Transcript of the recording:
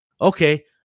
Okay